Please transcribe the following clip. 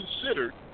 considered